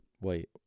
Wait